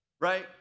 Right